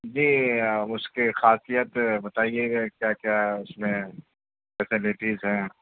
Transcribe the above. جی اس کی خاصیت بتائیے گا کیا کیا اس میں فسلیٹیز ہیں